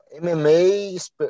MMA